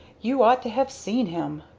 you ought to have seen him!